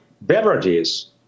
beverages